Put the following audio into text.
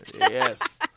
Yes